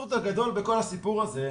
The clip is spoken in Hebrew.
האבסורד הגדול בכל הסיפור הזה,